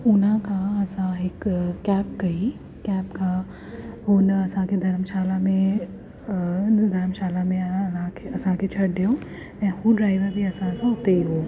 उनखां असां हिकु कैब कई कैब खां हुन असांखे धर्मशाला में अ धर्मशाला में अ न असांखे छॾियो ऐं हू ड्राइवर बि असां सां हुते ई हुयो